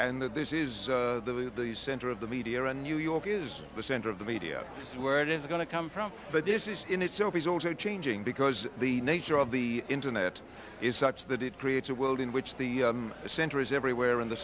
and that this is the center of the media in new york is the center of the media where it is going to come from but this is in itself is also changing because the nature of the internet is such that it creates a world in which the center is everywhere in the